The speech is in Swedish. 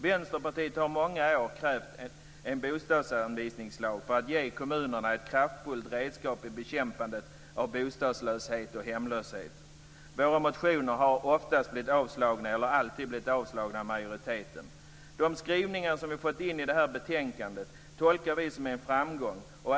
Vänsterpartiet har under många krävt en bostadsanvisningslag för att ge kommunerna ett kraftfullt redskap i bekämpandet av bostadslöshet och hemlöshet. Våra motioner har alltid blivit avslagna av majoriteten. De skrivningar som vi har fått in i betänkandet tolkar vi som en framgång.